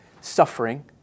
suffering